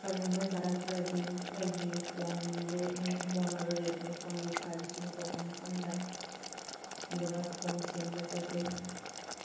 ꯀꯔꯤꯒꯨꯝꯕ ꯌꯥꯔꯛꯇ꯭ꯔꯗꯤ ꯑꯩꯒꯤ ꯐꯣꯟ ꯔꯦꯗꯃꯤ ꯐꯣꯟ ꯑꯣꯏꯔꯣ ꯔꯦꯗꯃꯤ ꯐꯣꯟꯒꯤ ꯁꯥꯔꯚꯤꯁꯤꯡ ꯇꯧꯕ ꯃꯐꯝꯗ ꯑꯗꯨꯒ ꯐꯣꯟ ꯁꯦꯝꯕ ꯆꯠꯆꯩ